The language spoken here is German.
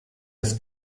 das